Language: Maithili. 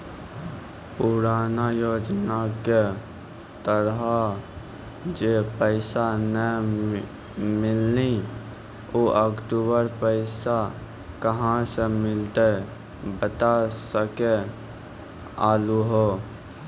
पुराना योजना के तहत जे पैसा नै मिलनी ऊ अक्टूबर पैसा कहां से मिलते बता सके आलू हो?